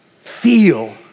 Feel